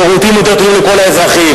שירותים יותר טובים לכל האזרחים,